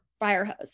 firehose